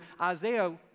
Isaiah